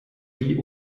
die